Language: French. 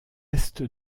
est